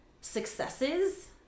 successes